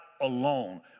alone